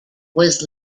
was